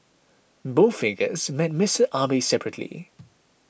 both figures met Mister Abe separately